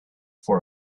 for